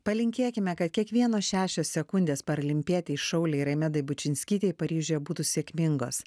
palinkėkime kad kiekvienos šešios sekundės paralimpietei šaulei raimedai bučinskytei paryžiuje būtų sėkmingos